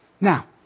Now